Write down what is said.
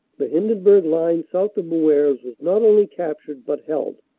the hindenburg line south of moeuvres was not only captured but held.